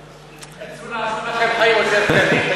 רצו לעשות לכם חיים יותר קלים.